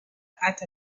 hâte